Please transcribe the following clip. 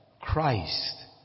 Christ